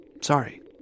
Sorry